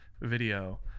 video